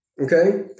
okay